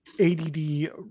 ADD